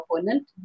opponent